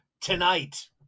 tonight